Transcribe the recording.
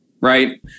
right